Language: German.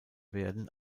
werden